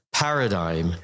Paradigm